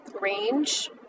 range